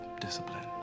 discipline